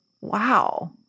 Wow